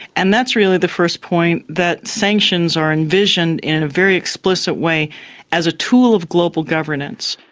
and that's really the first point that sanctions are envisioned in a very explicit way as a tool of global governance.